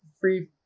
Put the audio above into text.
free